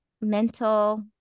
mental